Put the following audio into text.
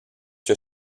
que